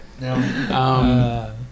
No